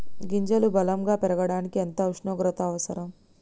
గింజలు బలం గా పెరగడానికి ఎంత ఉష్ణోగ్రత అవసరం?